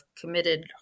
committed